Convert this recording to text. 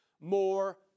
more